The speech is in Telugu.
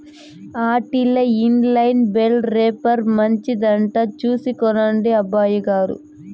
ఆటిల్ల ఇన్ లైన్ బేల్ రేపర్ మంచిదట చూసి కొనండి అబ్బయిగారు